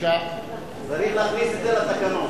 צריך להכניס את זה לתקנון.